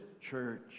church